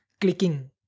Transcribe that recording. clicking